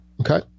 okay